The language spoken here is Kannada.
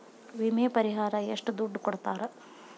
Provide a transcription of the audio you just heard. ವಿಮೆ ಪರಿಹಾರ ಎಷ್ಟ ದುಡ್ಡ ಕೊಡ್ತಾರ?